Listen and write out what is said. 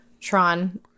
Tron